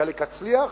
חלק אצליח,